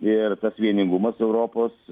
ir tas vieningumas europos